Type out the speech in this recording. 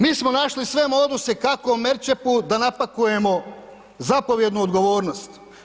Mi smo našli sve moduse kako Merčepu da napakujemo zapovjednu odgovornost.